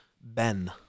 Ben